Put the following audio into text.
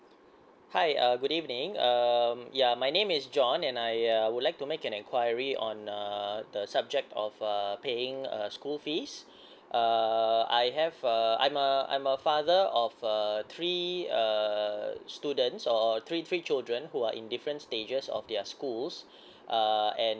hi uh good evening um ya my name is john and I uh would like to make an enquiry on uh the subject of uh paying a school fees uh I have a I'm a I'm a father of err three uh students or three three children who are in different stages of their schools uh and